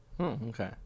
Okay